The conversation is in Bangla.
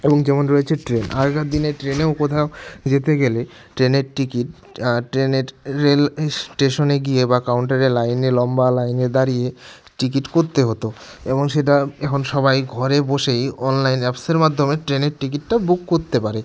এবং যেমন রয়েছে ট্রেন আগেকার দিনে ট্রেনেও কোথাও যেতে গেলে ট্রেনের টিকিট আর ট্রেনের রেল স্টেশনে গিয়ে কাউন্টারে লাইনে লম্বা লাইনে দাঁড়িয়ে টিকিট করতে হতো এবং সেটা এখন সবাই ঘরে বসেই অনলাইন অ্যাপ্সের মাধ্যমে ট্রেনের টিকিটটা বুক করতে পারে